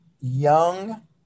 young